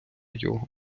його